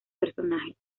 personajes